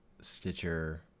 Stitcher